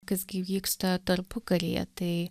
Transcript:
kas gi vyksta tarpukaryje tai